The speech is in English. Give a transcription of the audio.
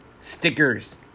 Stickers